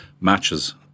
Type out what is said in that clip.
matches